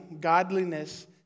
godliness